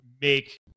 make